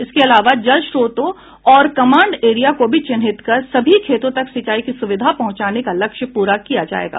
इसके अलावा जल स्रोतों और कमांड एरिया को भी चिन्हित कर सभी खेतों तक सिंचाई की सुविधा पहुंचाने का लक्ष्य पूरा किया जायेगा